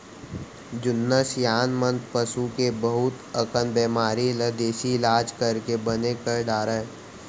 जुन्ना सियान मन पसू के बहुत अकन बेमारी ल देसी इलाज करके बने कर डारय